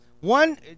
One